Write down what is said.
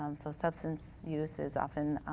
um so substance use is often